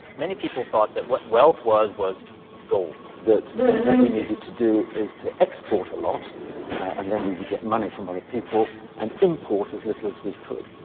many people thought that what wealth was was gold. that what we needed to do is to export a lot and then we would get money from other people, and import as little as we could.